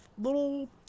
little